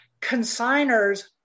Consigners